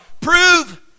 Prove